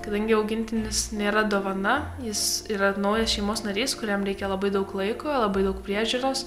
kadangi augintinis nėra dovana jis yra naujas šeimos narys kuriam reikia labai daug laiko labai daug priežiūros